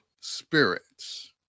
spirits